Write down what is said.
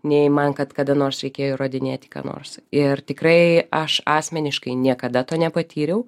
nei man kad kada nors reikėjo įrodinėti ką nors ir tikrai aš asmeniškai niekada to nepatyriau